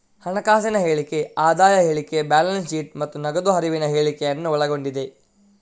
ಹಣಕಾಸಿನ ಹೇಳಿಕೆ ಆದಾಯ ಹೇಳಿಕೆ, ಬ್ಯಾಲೆನ್ಸ್ ಶೀಟ್ ಮತ್ತೆ ನಗದು ಹರಿವಿನ ಹೇಳಿಕೆಯನ್ನ ಒಳಗೊಂಡಿದೆ